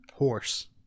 horse